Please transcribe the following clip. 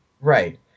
Right